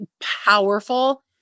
powerful